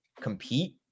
compete